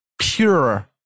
pure